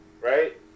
right